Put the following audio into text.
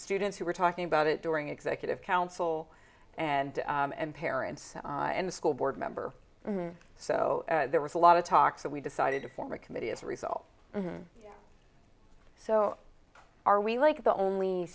students who were talking about it during executive council and and parents and the school board member so there was a lot of talk so we decided to form a committee as a result so are we like the only